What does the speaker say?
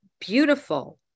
beautiful